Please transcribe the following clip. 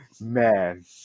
man